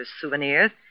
souvenirs